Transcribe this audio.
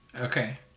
Okay